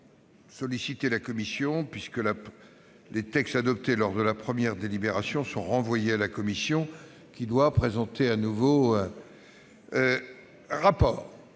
délibération, les textes adoptés lors de la première délibération sont renvoyés à la commission, qui doit présenter un nouveau rapport